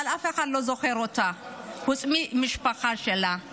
אבל אף אחד לא זוכר אותה חוץ מהמשפחה שלה.